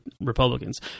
Republicans